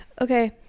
Okay